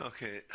Okay